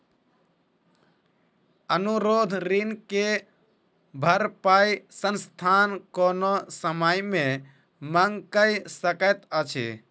अनुरोध ऋण के भरपाई संस्थान कोनो समय मे मांग कय सकैत अछि